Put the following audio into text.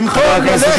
זה בדיוק מה שאתה עושה.